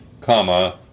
comma